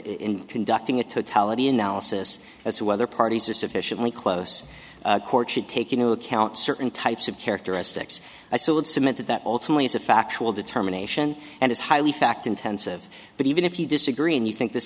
in conducting a totality analysis as to whether parties are sufficiently close court should take into account certain types of characteristics i so would submit that that ultimately is a factual determination and is highly fact intensive but even if you disagree and you think this